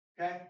okay